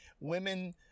Women